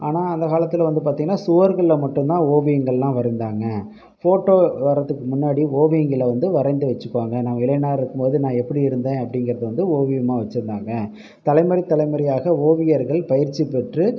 ஆனால் அந்தக் காலத்தில் வந்து பார்த்தீங்கன்னா சுவர்களில் மட்டும் தான் ஓவியங்கள்லாம் வரைந்தாங்க ஃபோட்டோ வரதுக்கு முன்னாடி ஓவியங்களை வந்து வரைந்து வச்சுக்குவாங்க நான் இளைஞனாக இருக்கும்போது நான் எப்படி இருந்தேன் அப்படிங்கிறத வந்து ஓவியமாக வச்சுருந்தாங்க தலைமுறை தலைமுறையாக ஓவியர்கள் பயிற்சி பெற்று